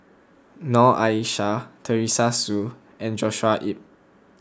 Noor Aishah Teresa Hsu and Joshua Ip